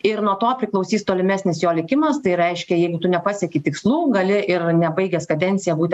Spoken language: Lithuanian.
ir nuo to priklausys tolimesnis jo likimas tai reiškia jei tu nepasieki tikslų gali ir nebaigęs kadenciją būti